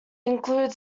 include